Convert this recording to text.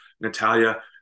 Natalia